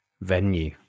venue